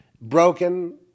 broken